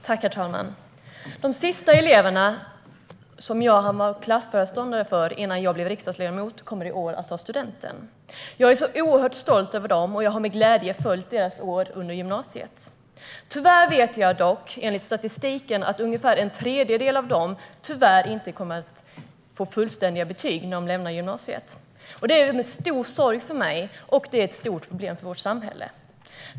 Herr talman! De sista elever som jag var klassföreståndare för innan jag blev riksdagsledamot kommer i år att ta studenten. Jag är oerhört stolt över dem, och jag har med glädje följt deras år under gymnasiet. Jag vet dock att enligt statistiken kommer ungefär en tredjedel av dem tyvärr inte att få fullständiga betyg när de lämnar gymnasiet. Detta är en stor sorg för mig och ett stort problem för vårt samhälle.